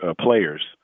players